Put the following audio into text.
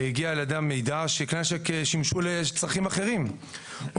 הגיע לידיה מידע שכלי נשק שימשו לצרכים אחרים או